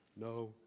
No